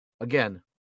again